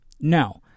No